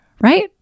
right